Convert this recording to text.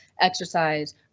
exercise